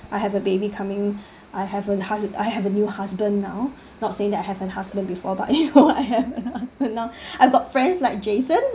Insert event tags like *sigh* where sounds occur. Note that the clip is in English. I have a baby coming I have a hus~ I have a new husband now not saying that I have a husband before *laughs* but you know I've got husband now I've got friends like jason